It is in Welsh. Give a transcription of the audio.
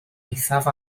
eithaf